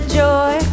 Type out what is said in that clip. joy